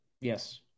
yes